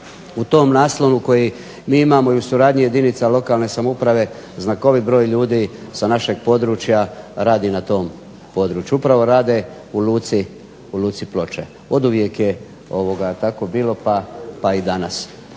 u tom naslonu koji mi imamo i u suradnji jedinca lokalne samouprave znakovit broj ljudi sa našeg područja radi na tom području. Upravo rade u Luci Ploče. Oduvijek je tako bilo pa i danas.